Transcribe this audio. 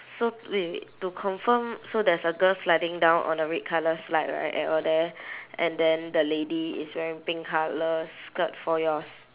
so wait wait to confirm so there's a girl sliding down on a red colour slide right at over there and then the lady is wearing pink colour skirt for yours